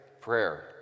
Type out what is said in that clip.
prayer